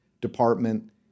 Department